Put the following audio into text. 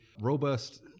robust